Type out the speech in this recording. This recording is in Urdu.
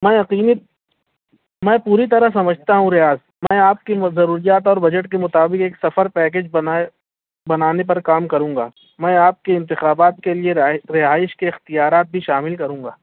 میں یقینی میں پوری طرح سمجھتا ہوں ریاض میں آپ کی ضروریات اور بجٹ کے مطابق ایک سفر پیکیج بنائے بنانے پر کام کروں گا میں آپ کے انتخابات کے لئے رہائی رہائش کے اختیارات بھی شامل کروں گا